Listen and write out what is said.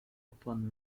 upon